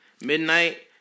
Midnight